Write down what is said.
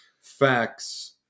facts